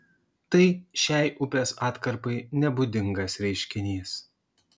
tai šiai upės atkarpai nebūdingas reiškinys